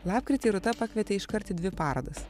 lapkritį rūta pakvietė iškart į dvi parodas